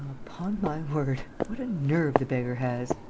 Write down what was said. upon my word! what a nerve the beggar has!